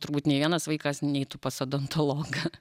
turbūt nė vienas vaikas neitų pas odontologą